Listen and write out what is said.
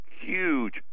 huge